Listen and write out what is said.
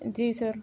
जी sir